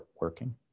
working